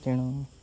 ତେଣୁ